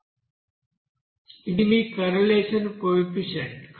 ఇది మీ correlation coefficients